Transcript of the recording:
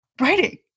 writing